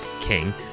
King